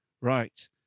right